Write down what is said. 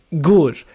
good